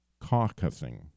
caucusing